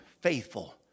faithful